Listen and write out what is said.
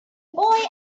boy